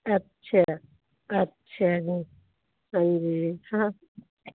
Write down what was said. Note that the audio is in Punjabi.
ਅੱਛਾ ਅੱਛਾ ਜੀ ਹਾਂਜੀ ਹਾਂ